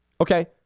Okay